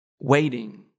Waiting